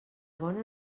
bona